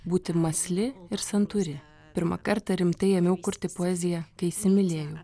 būti mąsli ir santūri pirmą kartą rimtai ėmiau kurti poeziją kai įsimylėjau